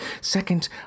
Second